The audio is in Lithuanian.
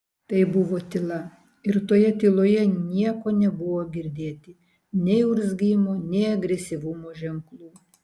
tai buvo tyla ir toje tyloje nieko nebuvo girdėti nei urzgimo nei agresyvumo ženklų